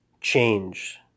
change